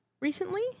recently